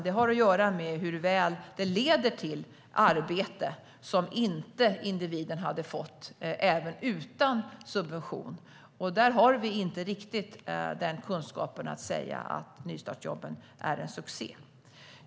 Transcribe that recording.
Det har att göra med hur väl den leder till ett arbete som individen inte skulle ha fått utan subvention. Vi har inte riktigt tillräckligt med kunskap för att kunna säga att nystartsjobben är en succé.